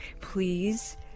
please